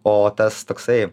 o tas toksai